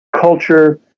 culture